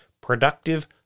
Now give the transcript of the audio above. Productive